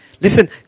Listen